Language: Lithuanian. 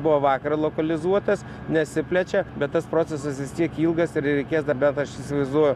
buvo vakar lokalizuotas nesiplečia bet tas procesas tiek ilgas ir reikės dar ben aš įsivaizduoju